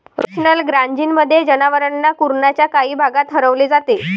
rotational ग्राझिंगमध्ये, जनावरांना कुरणाच्या काही भागात हलवले जाते